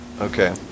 Okay